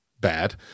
bad